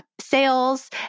sales